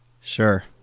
Sure